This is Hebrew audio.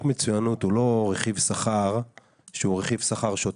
המצוינות הוא לא רכיב שכר שהוא רכיב שכר שוטף.